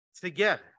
together